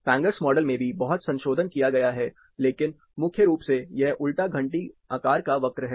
Fanger's model में भी बहुत संशोधन किया गया है लेकिन मुख्य रूप से यह उलटा घंटी आकार वक्र है